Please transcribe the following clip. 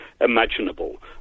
imaginable